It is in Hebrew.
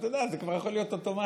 אתה יודע, זה כבר יכול להיות אוטומטי.